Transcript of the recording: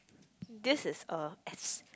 this is a as